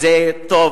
זה טוב,